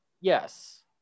yes